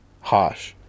harsh